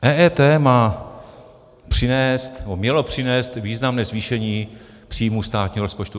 EET má přinést, nebo mělo přinést významné zvýšení příjmů státního rozpočtu.